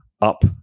up